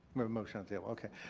a motion up there. okay.